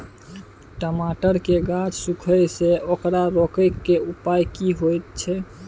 टमाटर के गाछ सूखे छै ओकरा रोके के उपाय कि होय है?